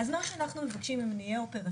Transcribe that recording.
אז מה שאנחנו מבקשים, אם נהיה אופרטיביים,